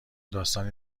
داستانی